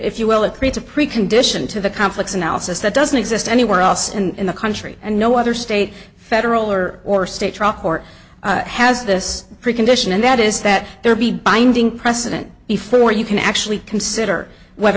if you will it creates a precondition to the conflicts analysis that doesn't exist anywhere else and in the country and no other state federal or or state trial court has this precondition and that is that there be binding precedent before you can actually consider whether